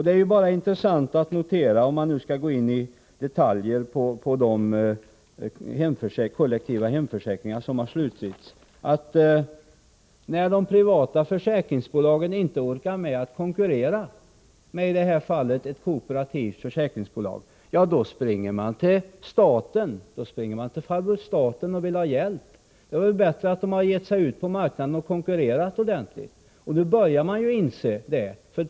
Det är intressant att notera — om man skall gå in i detalj på de kollektiva hemförsäkringsavtal som har slutits — att när de privata försäkringsbolagen inte orkar med att konkurrera med ett kooperativt försäkringsbolag springer de till farbror staten och vill ha hjälp. Det vore bättre om de gav sig ut på marknaden och konkurrerade ordentligt. Försäkringsbolagen börjar nu inse detta.